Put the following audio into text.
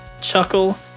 chuckle